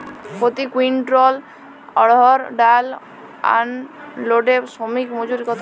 প্রতি কুইন্টল অড়হর ডাল আনলোডে শ্রমিক মজুরি কত?